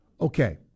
okay